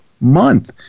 month